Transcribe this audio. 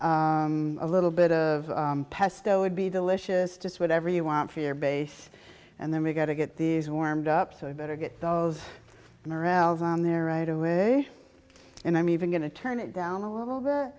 rick a little bit of pesto would be delicious just whatever you want for your base and then we've got to get these warmed up so i better get those morels on there right away and i'm even going to turn it down a little bit